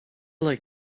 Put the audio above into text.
like